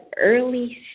early